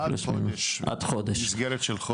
עד חודש, במסגרת של חודש.